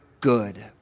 good